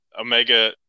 Omega